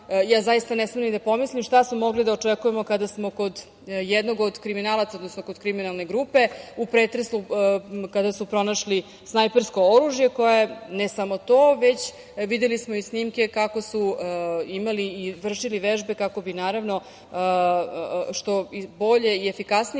zaista ne smem ni da pomislim šta smo mogli da očekujemo kada smo kod jednog od kriminalaca, odnosno kod kriminalne grupe u pretresu pronašli snajpersko oružje. Ne samo to, videli smo i snimke kako su imali i vršili vežbe kako bi naravno što bolje i efikasnije